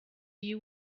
you